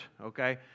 okay